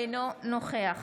אינו נוכח